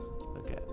Okay